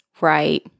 Right